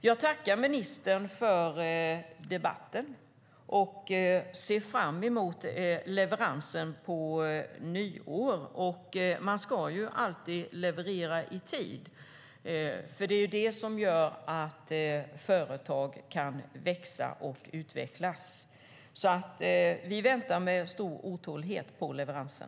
Jag tackar ministern för debatten och ser fram emot leveransen efter nyår. Man ska ju alltid leverera i tid. Det är det som gör att företag kan växa och utvecklas. Vi väntar med stor otålighet på leveransen.